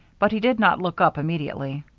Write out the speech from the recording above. but he did not look up immediately.